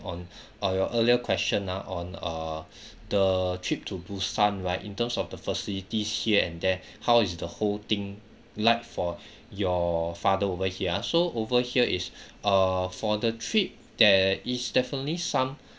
on uh your earlier question ah on err the trip to busan right in terms of the facilities here and there how is the whole thing like for your father over here ah so over here is err for the trip there is definitely some